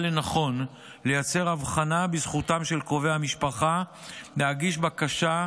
לנכון לייצר הבחנה בזכותם של קרובי המשפחה להגיש בקשה,